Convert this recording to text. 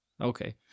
Okay